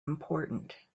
important